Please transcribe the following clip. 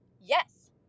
Yes